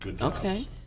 Okay